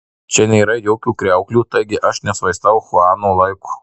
čia nėra jokių kriauklių taigi aš nešvaistau chuano laiko